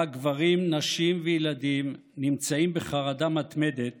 ובה גברים, נשים וילדים נמצאים בחרדה מתמדת